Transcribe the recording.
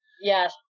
Yes